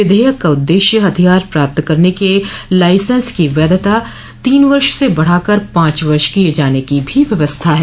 विधेयक का उद्देश्य हथियार प्राप्त करने के लाइसेंस की वैधता तीन वर्ष से बढ़ाकर पांच वर्ष किए जाने की भी व्यवस्था है